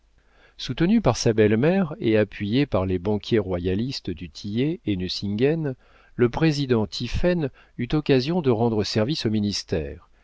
soutenu par sa belle-mère et appuyé par les banquiers royalistes du tillet et nucingen le président tiphaine eut occasion de rendre service au ministère